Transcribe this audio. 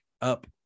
up